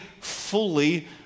fully